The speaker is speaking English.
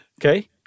Okay